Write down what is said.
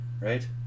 Right